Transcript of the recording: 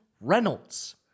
Reynolds